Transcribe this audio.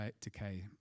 decay